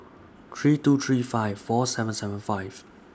three two three five four seven seven five